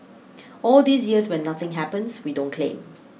all these years when nothing happens we don't claim